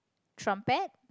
trumpet